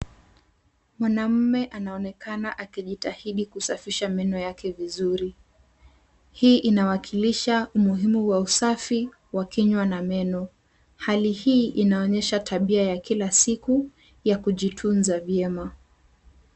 Mwanamme anaonekana akijitahidi kusafisha meno yake vizuri, hii inawakilisha umuhimu wa usafi wa kinywa na meno, hali hii inaonyesha tabia ya kila siku, ya kujitunza vyema.